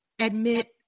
admit